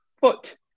foot